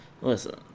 Listen